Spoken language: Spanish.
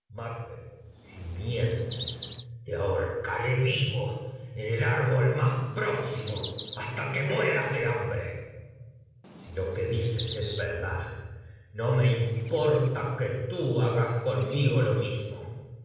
si mientes te ahorcaré vivo en el árbol más próximo hasta que mueras de hambre si lo que dices es verdad no me importa que tú hagas conmigo lo mismo